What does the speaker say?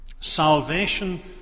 salvation